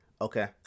Okay